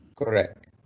Correct